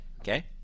okay